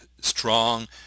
strong